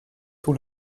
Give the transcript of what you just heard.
tôt